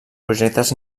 projectes